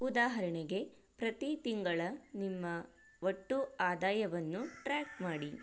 ಉದಾಹರಣೆಗೆ ಪ್ರತೀ ತಿಂಗಳ ನಿಮ್ಮ ಒಟ್ಟು ಆದಾಯವನ್ನು ಟ್ರ್ಯಾಕ್ ಮಾಡಿ